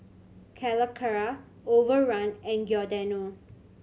Calacara Overrun and Giordano